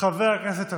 חבר הכנסת אלחרומי.